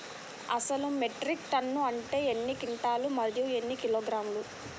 అసలు metric ton అంటే ఎన్ని క్వింటాలు మరియు ఎన్ని కిలోగ్రాములు?